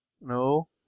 No